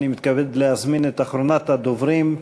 אני מתכבד להזמין את אחרונת הדוברים,